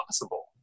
possible